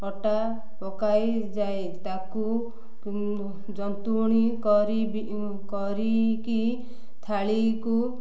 ଅଟା ପକାଇଯାଏ ତାକୁ ଜନ୍ତୁଣି କରି କରିକି ଥାଳିକୁ